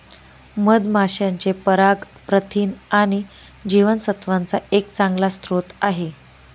मधमाशांचे पराग प्रथिन आणि जीवनसत्त्वांचा एक चांगला स्रोत आहे